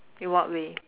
in what way